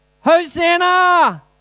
Hosanna